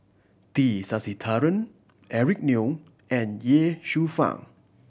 T Sasitharan Eric Neo and Ye Shufang